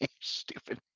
Stupid